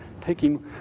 Taking